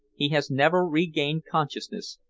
he has never regained consciousness,